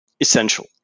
essential